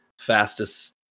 fastest